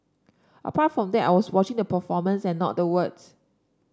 apart from that I was watching the performance and not the words